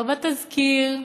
לא בתזכיר,